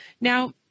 Now